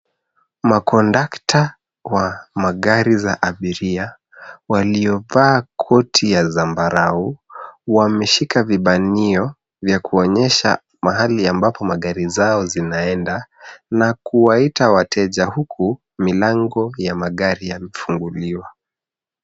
Makondakta kwa magari za abiria, waliovaa koti ya zambarau, wameshika vibanio vya kuonyesha mahali ambapo magari zao zinaenda, na kuwaita wateja huku milango ya magari yamefunguliwa.